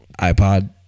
iPod